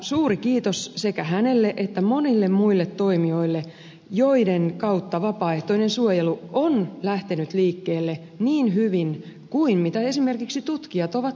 suuri kiitos sekä hänelle että monille muille toimijoille joiden kautta vapaaehtoinen suojelu on lähtenyt liikkeelle niin hyvin kuin esimerkiksi tutkijat ovat toivoneet